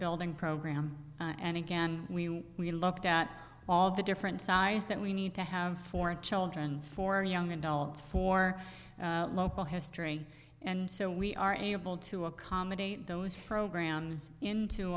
building program and again we we looked at all the different science that we need to have for children's for young adults for local history and so we are able to accommodate those programs into